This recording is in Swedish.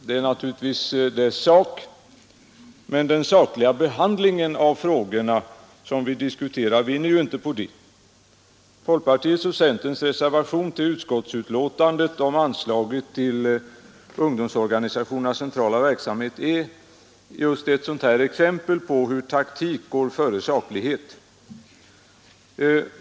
Det är naturligtvis dess angelägenhet, men den sakliga behandlingen av de frågor vi diskuterar vinner inte på det. Folkpartiets och centerns reservation till utskottets betänkande beträffande anslag till ungdomsorganisationernas centrala verksamhet är just ett exempel på hur taktik går före saklighet.